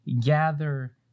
gather